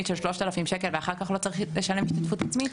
של 3,000 שקל ואחר כך לא צריך לשלם השתתפות עצמית.